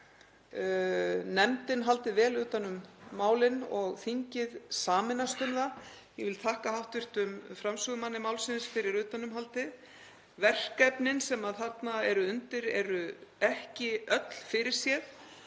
nefndin haldið vel utan um málið og þingið sameinast um það. Ég vil þakka hv. framsögumanni málsins fyrir utanumhaldið. Verkefnin sem þarna eru undir eru ekki öll fyrirséð.